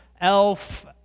Elf